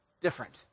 Different